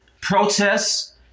protests